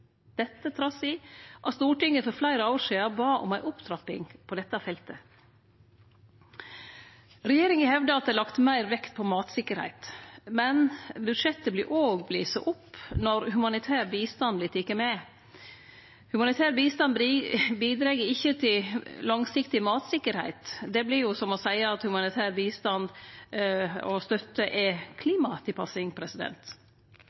Dette har skjedd trass i at Stortinget for fleire år sidan bad om ei opptrapping på dette feltet. Regjeringa hevdar at det er lagt meir vekt på mattryggleik, men budsjettet vert òg blåse opp når humanitær bistand vert teken med. Humanitær bistand bidreg ikkje til langsiktig mattryggleik. Det vert jo som å seie at humanitær bistand og støtte er